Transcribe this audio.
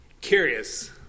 curious